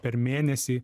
per mėnesį